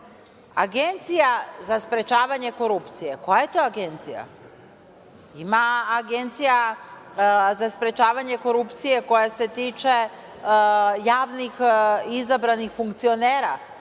Agencija za sprečavanje korupcije. Koja je to agencija? Ima Agencija za sprečavanje korupcije koja se tiče javnih izabranih funkcionera,